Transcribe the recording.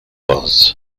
buzz